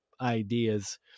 ideas